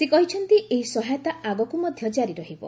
ସେ କହିଛନ୍ତି ଏହି ସହାୟତା ଆଗକୁ ମଧ୍ୟ ଜାରି ରହିବ